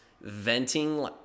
venting